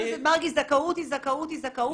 חבר הכנסת מרגי, זכאות היא זכאות היא זכאות.